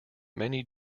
many